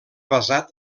basat